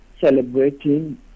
celebrating